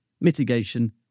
Mitigation